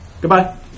Goodbye